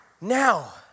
Now